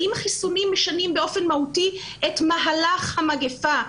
האם החיסונים משנים באופן מהותי את מהלך המגיפה.